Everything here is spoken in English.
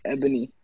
Ebony